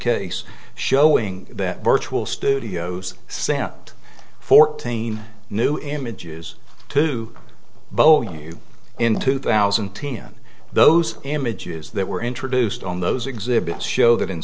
case showing that virtual studios sent fourteen new images to bow you in two thousand and ten those images that were introduced on those exhibits show